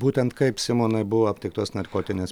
būtent kaip simonai buvo aptiktos narkotinės